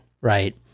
right